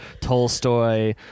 Tolstoy